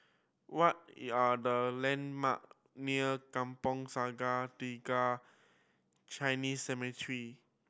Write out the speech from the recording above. what are the landmark near Kampong Sungai Tiga Chinese Cemetery